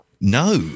No